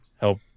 help